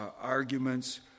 arguments